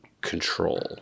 control